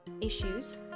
issues